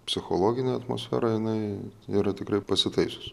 psichologinė atmosfera jinai yra tikrai pasitaisius